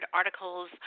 articles